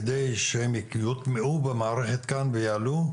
על מנת שהן יוטמעו במערכת כאן ויעלו.